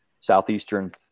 Southeastern